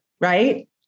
right